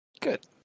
Good